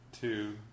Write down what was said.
two